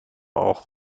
auch